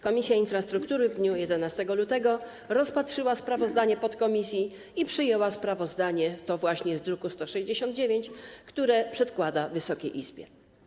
Komisja Infrastruktury w dniu 11 lutego rozpatrzyła sprawozdanie podkomisji i przyjęła sprawozdanie, właśnie to z druku nr 169, które przedkładam Wysokiej Izbie.